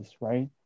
right